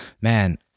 man